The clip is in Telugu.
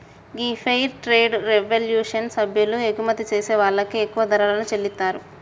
గీ ఫెయిర్ ట్రేడ్ రెవల్యూషన్ సభ్యులు ఎగుమతి చేసే వాళ్ళకి ఎక్కువ ధరలను చెల్లితారు